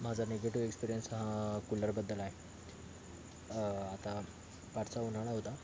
माझा negative experience हा कुलरबद्दल आहे आता पाठचा उन्हाळा होता